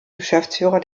geschäftsführer